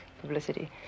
publicity